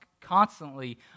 constantly